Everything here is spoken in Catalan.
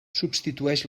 substitueix